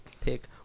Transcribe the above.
pick